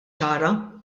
ċara